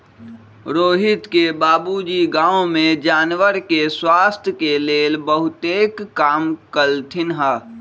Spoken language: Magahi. रोहित के बाबूजी गांव में जानवर के स्वास्थ के लेल बहुतेक काम कलथिन ह